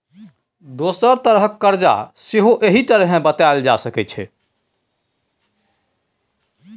दोसर तरहक करजा सेहो एहि तरहें बताएल जा सकै छै